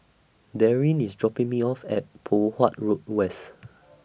Darryn IS dropping Me off At Poh Huat Road West